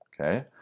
okay